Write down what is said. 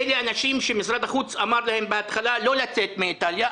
אלה אנשים שמשרד החוץ אמר להם בהתחלה לא לצאת מאיטליה,